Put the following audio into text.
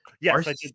Yes